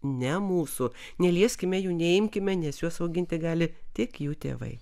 ne mūsų nelieskime jų neimkime nes juos auginti gali tik jų tėvai